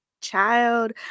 child